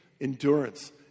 endurance